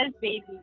baby